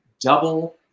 double